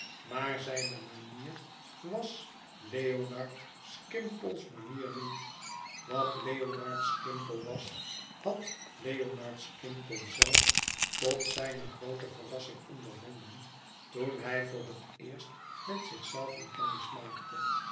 maar zijne manier was leonard skimpole's manier niet wat leonard skimpole was had leonard skimpole zelf tot zijne groote verrassing ondervonden toen hij voor het eerst met zich zelven kennis maakte